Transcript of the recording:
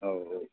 औ औ